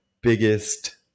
biggest